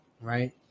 right